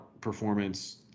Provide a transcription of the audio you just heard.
performance